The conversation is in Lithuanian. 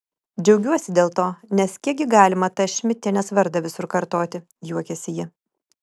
džiaugiuosi dėl to nes kiek gi galima tą šmidtienės vardą visur kartoti juokėsi ji